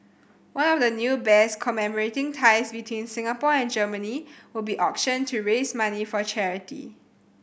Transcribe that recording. one of the new bears commemorating ties between Singapore and Germany will be auctioned to raise money for charity